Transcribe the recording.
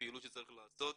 הפעילות שצריך לעשות,